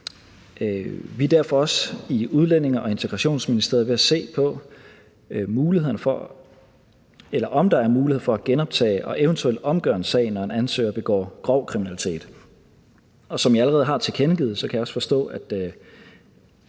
Vi er derfor også i Udlændinge- og Integrationsministeriet ved at se på, om der er mulighed for at genoptage og eventuelt omgøre en sag, når en ansøger begår grov kriminalitet. Og som jeg allerede har tilkendegivet, kan jeg også forstå,